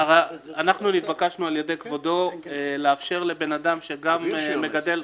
אנחנו נתבקשנו על ידי כבודו לאפשר לבן אדם שגם מגדל --- תסביר שוב.